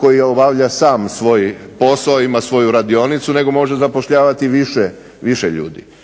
koji obavlja sam svoj posao, ima svoju radionicu nego može zapošljavati i više ljudi.